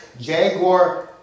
Jaguar